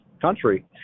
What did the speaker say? country